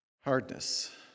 hardness